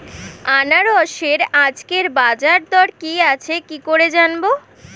আনারসের আজকের বাজার দর কি আছে কি করে জানবো?